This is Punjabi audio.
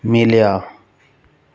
ਮਿਲਿਆ